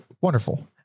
wonderful